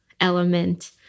element